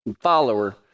follower